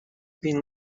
being